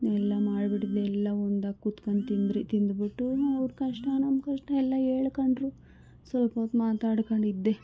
ಎಲ್ಲ ಮಾಡ್ಬಿಟ್ಟು ಎಲ್ಲ ಒಂದಾಗಿ ಕೂತ್ಕೊಂಡು ತಿಂದ್ವಿ ತಿಂದ್ಬಿಟ್ಟು ಅವ್ರ ಕಷ್ಟ ನಮ್ಮ ಕಷ್ಟ ಎಲ್ಲ ಹೇಳ್ಕೊಂಡ್ರು ಸ್ವಲ್ಪ ಹೊತ್ತು ಮಾತಾಡ್ಕೊಂಡಿದ್ದೆ